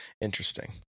interesting